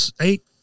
eight